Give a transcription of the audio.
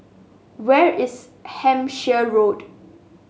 where is Hampshire Road